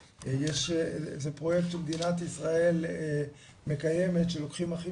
זה פרויקט שמדינת ישראל מקיימת שלוקחים אחים